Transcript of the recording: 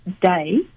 Day